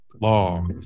Law